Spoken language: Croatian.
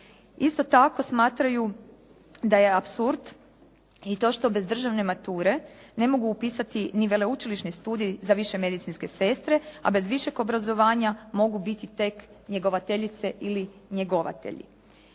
Isto tako smatraju da je apsurd i to što bez državne mature ne mogu upisati ni veleučilišni studij za više medicinske sestre, a bez višeg obrazovanja mogu biti tek njegovateljice ili njegovatelji.